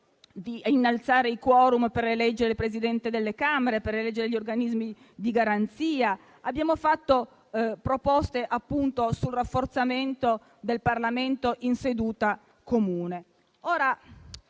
di innalzare i *quorum* per eleggere i Presidenti delle Camere e gli organismi di garanzia e abbiamo avanzato proposte sul rafforzamento del Parlamento in seduta comune.